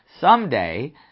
someday